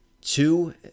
Two